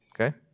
okay